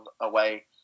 away